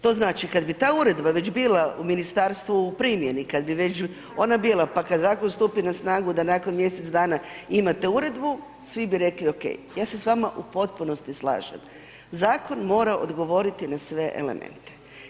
To znači kad bi ta uredba već bila u ministarstvu u primjeni, kad bi već ona bila, pa kad zakon stupi na snagu da nakon mjesec dana imate uredbu, svi bi rekli okej, ja se s vama u potpunosti slažem, zakon mora odgovoriti na sve elemente.